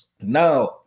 Now